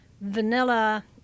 vanilla